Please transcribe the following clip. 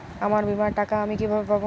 আমার বীমার টাকা আমি কিভাবে পাবো?